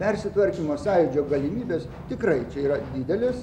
persitvarkymo sąjūdžio galimybės tikrai čia yra didelės